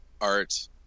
art